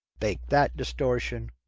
bake that distortion.